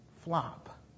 flop